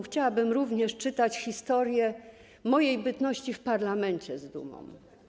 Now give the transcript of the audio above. Chciałabym również czytać historię mojej bytności w parlamencie z dumą.